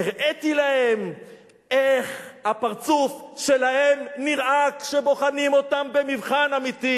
הראיתי להם איך הפרצוף שלהם נראה כשבוחנים אותם במבחן אמיתי.